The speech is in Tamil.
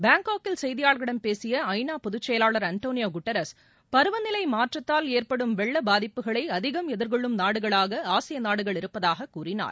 பாங்காக்கில் செய்தியாளர்களிடம் பேசிய ஐ நா பொதுச்செயலாளர் அன்டோனியோ குட்ரஸ் பருவநிலை மாற்றத்தால் ஏற்படும் வெள்ள பாதிப்புகளை அதிகம் எதிர்கொள்ளும் நாடுகளாக ஆசிய நாடுகள் இருப்பதாக கூறினார்